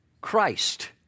Christ